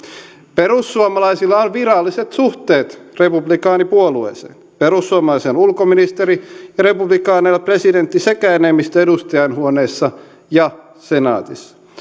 perussuomalaisilla on viralliset suhteet republikaanipuolueeseen perussuomalainen ulkoministeri ja republikaaneilla presidentti sekä enemmistö edustajainhuoneissa ja senaatissa